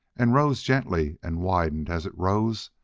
and rose gently and widened as it rose,